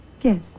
Yes